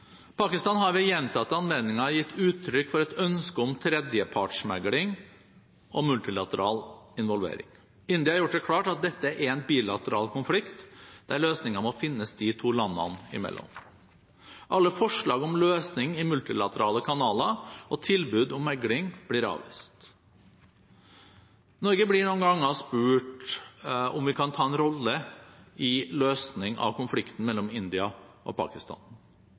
Pakistan har ved gjentatte anledninger gitt uttrykk for et ønske om tredjepartsmegling og multilateral involvering. India har gjort det klart at dette er en bilateral konflikt, der løsningen må finnes de to landene imellom. Alle forslag om løsning i multilaterale kanaler og tilbud om megling blir avvist. Norge blir noen ganger spurt om vi kan ta en rolle i løsningen av konflikten mellom India og Pakistan.